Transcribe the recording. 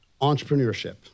Entrepreneurship